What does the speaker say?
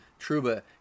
Truba